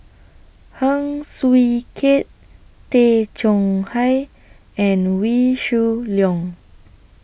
Heng Swee Keat Tay Chong Hai and Wee Shoo Leong